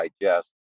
digest